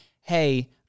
hey